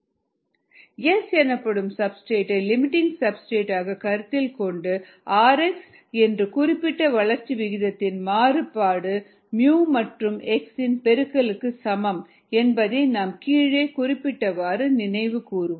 S எனப்படும் சப்ஸ்டிரேட்டை limiting substrate ஆக கருத்தில் கொண்டால் rx என்பது குறிப்பிட்ட வளர்ச்சி விகிதத்தின் மாறுபாடு µ மற்றும் x இன் பெருக்கலுக்கு சமம் என்பதை நாம் கீழே குறிப்பிட்டவாறு நினைவு கூறுவோம்